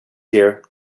year